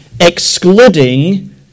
excluding